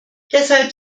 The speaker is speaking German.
deshalb